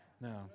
No